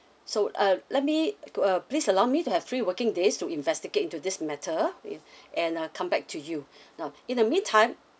so uh let me uh please allow me to have three working days to investigate into this matter if and uh come back to you now in the meantime